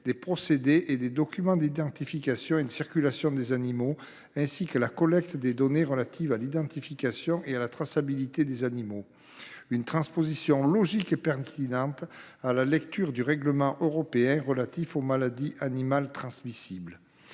des procédés et des documents d’identification et de circulation des animaux, ainsi que la collecte des données relatives à l’identification et à la traçabilité de ces derniers. Il s’agit là d’une transposition logique et pertinente, à la lumière du règlement européen relatif aux maladies animales transmissibles.